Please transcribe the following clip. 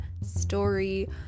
story